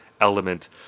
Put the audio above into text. element